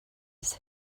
was